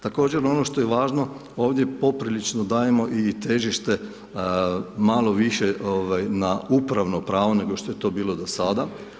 Također ono što je važno ovdje poprilično dajemo i težište malo više na upravno pravo nego što je to bilo do sada.